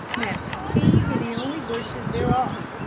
now these are the only bushes there are,